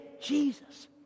Jesus